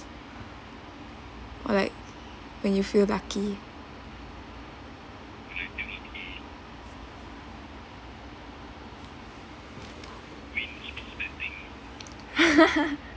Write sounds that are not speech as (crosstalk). or like when you feel lucky (laughs)